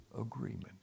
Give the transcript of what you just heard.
agreement